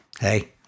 hey